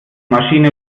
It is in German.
maschine